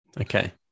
Okay